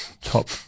Top